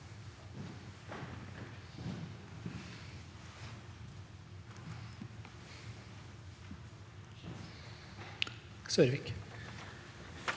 Sørvik